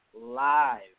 Live